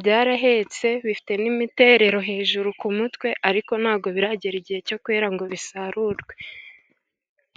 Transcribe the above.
byarahetse ,bifite n'imiterero hejuru ku mutwe, ariko ntabwo biragera igihe cyo kwera ngo bisarurwe.